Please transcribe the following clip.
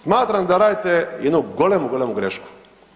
Smatram da radite jednu golemu, golemu grešku.